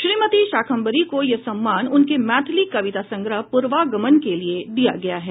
श्रीमती शाकम्भरी को यह सम्मान उनके मैथिली कविता संग्रह पूर्वागमन के लिए दिया गया है